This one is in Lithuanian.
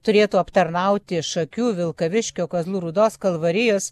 turėtų aptarnauti šakių vilkaviškio kazlų rūdos kalvarijos